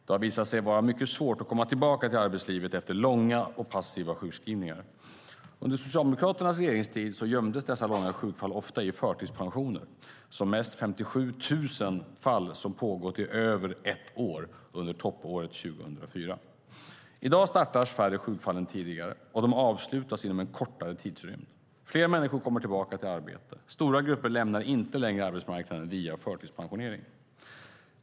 Det har visat sig vara mycket svårt att komma tillbaka till arbetslivet efter långa och passiva sjukskrivningar. Under Socialdemokraternas regeringstid gömdes dessa långa sjukfall ofta i förtidspensioner - som mest 57 000 fall som hade pågått i över ett år under toppåret 2004. I dag startas färre sjukfall än tidigare, och de avslutas inom en kortare tidsrymd. Fler människor kommer tillbaka till arbete. Det är inte längre stora grupper som lämnar arbetsmarknaden via förtidspensionering.